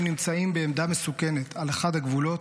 נמצאים בעמדה מסוכנת על אחד הגבולות,